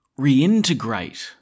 reintegrate